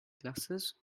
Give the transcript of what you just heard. glasses